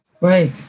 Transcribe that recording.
Right